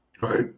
right